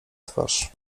twarz